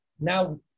Now